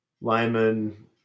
Lyman